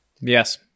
Yes